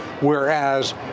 Whereas